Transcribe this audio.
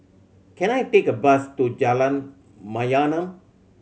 can I take a bus to Jalan Mayaanam